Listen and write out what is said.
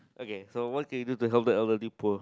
okay so what can you do the help the elderly poor